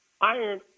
iron